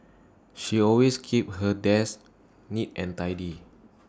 she always keep her desk neat and tidy